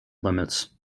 limits